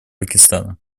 пакистана